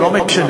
אבל לא משנה.